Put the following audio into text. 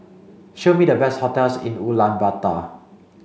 show me the best hotels in Ulaanbaatar